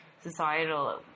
societal